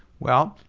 well.